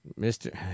Mr